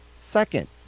Second